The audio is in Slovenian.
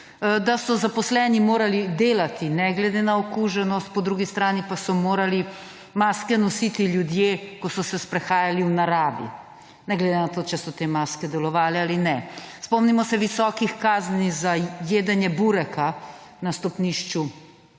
da so zaposleni morali delati ne glede na okuženost, po drugi strani pa so morali maske nositi ljudje, ko so se sprehajali v naravi, ne glede na to, če so te maske delovale ali ne. Spomnimo se visokih kazni za jedenje bureka na stopnišču